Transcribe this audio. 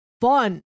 fun